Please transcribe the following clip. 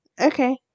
okay